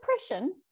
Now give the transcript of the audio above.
depression